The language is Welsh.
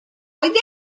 oedd